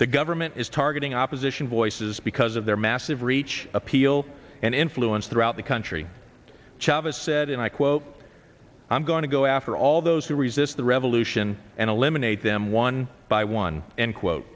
the government is targeting opposition voice because of their massive reach appeal and influence throughout the country chavez said and i quote i'm going to go after all those who resist the revolution and eliminate them one by one end quote